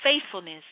faithfulness